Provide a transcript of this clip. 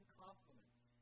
compliments